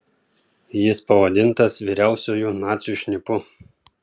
jis pavadintas vyriausiuoju nacių šnipu